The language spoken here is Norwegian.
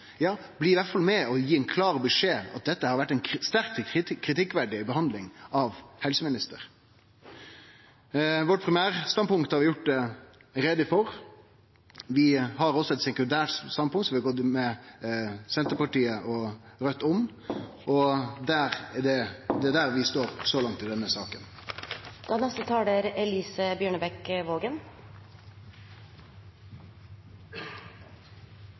Ja, bli i alle fall med og gi ein klar beskjed om at dette har vore ei sterkt kritikkverdig behandling frå helseministeren. Primærstandpunktet vårt har vi gjort greie for. Vi har òg eit sekundært standpunkt, saman med Senterpartiet og Raudt. Det er der vi står så langt i denne saka.